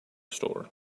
store